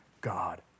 God